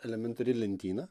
elementari lentyna